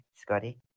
Scotty